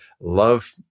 love